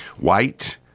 white